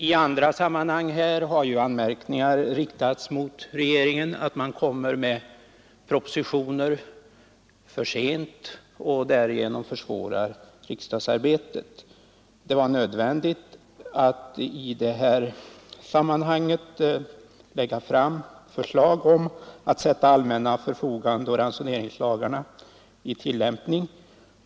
I andra sammanhang har ju den anmärkningen riktats mot regeringen, att den kommer för sent med propositioner och därmed försvårar riksdagsarbetet. Det var nödvändigt att i detta fall lägga fram förslag om att sätta allmänna förfogandeoch ransoneringslagarna i tillämpning.